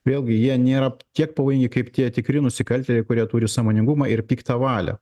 vėlgi jie nėra tiek pavojingi kaip tie tikri nusikaltėliai kurie turi sąmoningumą ir piktą valią